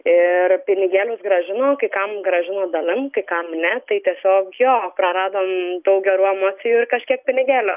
ir pinigėlius grąžino kai kam grąžino dalim kai kam ne tai tiesiog jo praradom daug gerų emocijų ir kažkiek pinigėlių